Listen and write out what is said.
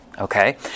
Okay